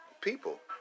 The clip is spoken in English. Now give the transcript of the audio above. people